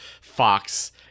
Fox